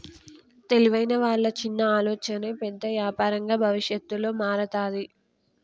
తెలివైన వాళ్ళ చిన్న ఆలోచనే పెద్ద యాపారంగా భవిష్యత్తులో మారతాది